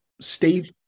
Steve